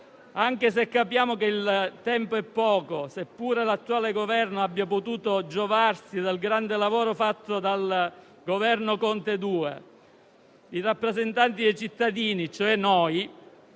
anche se capiamo che il tempo è poco, seppure l'attuale Governo abbia potuto giovarsi del grande lavoro fatto dal Governo Conte II. I rappresentanti dei cittadini, cioè noi,